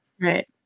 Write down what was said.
Right